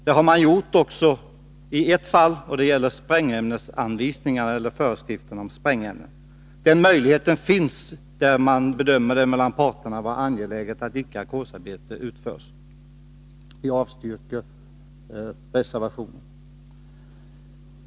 Det har man gjort också i ett fall som gäller föreskrifterna om sprängämnen. Den möjligheten finns, där det bedöms vara angeläget att ett arbete inte utförs på ackord. Jag avstyrker därför reservation 1.